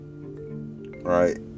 right